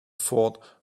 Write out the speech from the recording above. fort